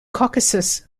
caucasus